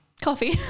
Coffee